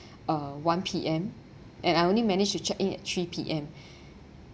uh one P_M and I only managed to check in at three P_M